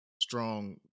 strong